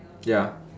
ya